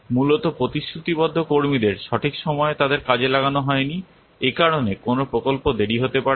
মূলত প্রতিশ্রুতিবদ্ধ কর্মীদের সঠিক সময়ে তাদের কাজে লাগানো হয়নি একারণে কোনও প্রকল্প দেরি হতে পারে